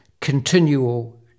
continual